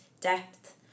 depth